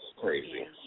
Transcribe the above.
crazy